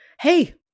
hey